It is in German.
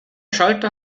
schalter